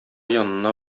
янына